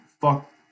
Fuck